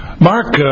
Mark